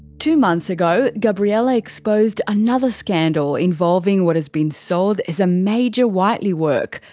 two months ago, gabriella exposed another scandal involving what has been sold as a major whiteley work,